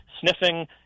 sniffing